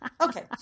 Okay